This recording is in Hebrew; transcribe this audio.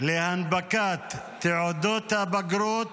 להנפקת תעודות הבגרות